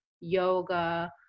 yoga